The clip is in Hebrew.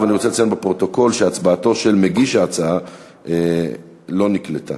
אבל אני רוצה לציין בפרוטוקול שהצבעתו של מגיש ההצעה לא נקלטה.